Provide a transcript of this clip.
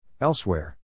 Elsewhere